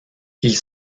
ils